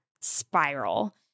spiral